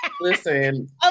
Listen